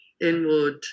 inward